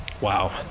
Wow